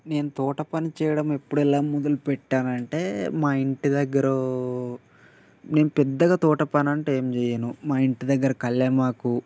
నేను తోటపని చేయటం ఎప్పుడు ఎలా మొదలుపెట్టానంటే మా ఇంటి దగ్గర నేను పెద్దగా తోటపనంటూ ఏం చెయ్యను మా ఇంటి దగ్గర కళ్ళే మాకు